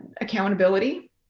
accountability